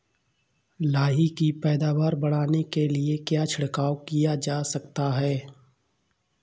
लाही की पैदावार बढ़ाने के लिए क्या छिड़काव किया जा सकता है?